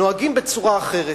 נוהגים בצורה אחרת?